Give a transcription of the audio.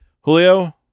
Julio